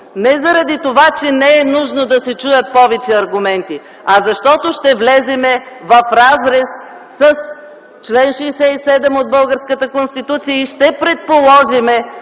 не заради това, че не е нужно да се чуят повече аргументи, а защото ще влезем в разрез с чл. 67 от българската Конституция и ще предположим